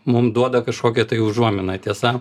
mum duoda kažkokią užuominą tiesa